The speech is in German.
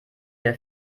der